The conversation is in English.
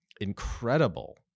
incredible